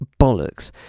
bollocks